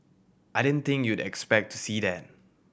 I didn't think you'd expect to see that